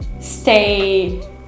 stay